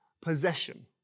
possession